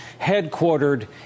headquartered